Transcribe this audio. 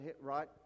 right